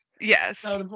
yes